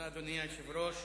אדוני היושב-ראש,